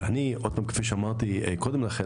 וכפי שאמרתי קודם לכן,